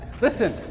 Listen